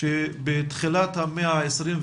שבתחילת המאה ה-21,